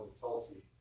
Tulsi